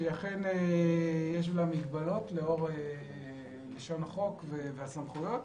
שאכן יש בה מגבלות לאור לשון החוק והסמכויות.